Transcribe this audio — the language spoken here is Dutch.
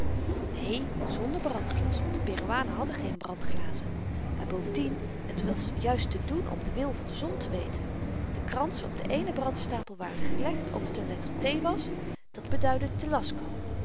neen zonder brandglas want de peruanen hadden geen brandglazen en bovendien het was juist te doen om den wil van de zon te weten de kransen op den éénen brandstapel waren gelegd of t een letter t was dat beduidde